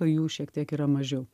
jų šiek tiek yra mažiau